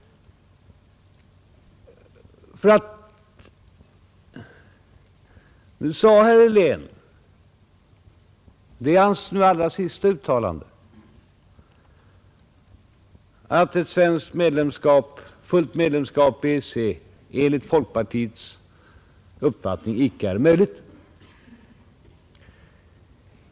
Nu sade herr Helén — det var bland det allra sista i hans replik — att ett fullt medlemskap i EEC enligt folkpartiets uppfattning icke är möjligt.